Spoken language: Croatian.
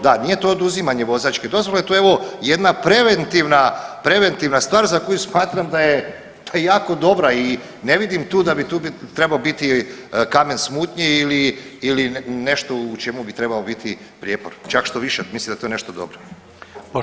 Da, nije to oduzimanje vozačke dozvole to je evo jedna preventivna stvar za koju smatram da je jako dobra i ne vidim tu da bi tu trebao biti kamen smutnje ili nešto u čemu bi trebao biti prijepor, čak štoviše mislim da je to nešto dobro.